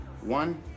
One